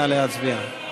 נא להצביע.